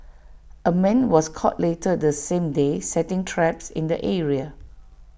A man was caught later the same day setting traps in the area